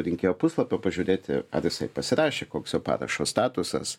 rinkėjo puslapio pažiūrėti ar jisai pasirašė koks jo parašo statusas